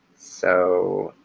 so